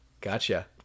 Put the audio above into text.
Gotcha